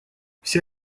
вся